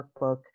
Workbook